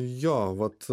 jo vat